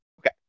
Okay